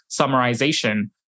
summarization